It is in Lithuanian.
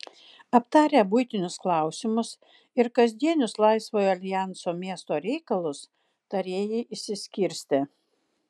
aptarę buitinius klausimus ir kasdienius laisvojo aljanso miesto reikalus tarėjai išsiskirstė